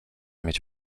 mieć